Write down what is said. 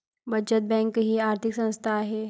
बचत बँक ही आर्थिक संस्था आहे